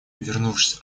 вернувшись